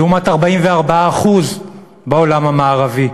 לעומת 44% בעולם המערבי.